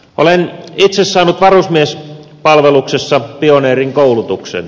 olen itse saanut varusmiespalveluksessa pioneerin koulutuksen